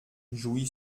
jouy